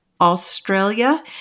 Australia